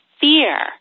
fear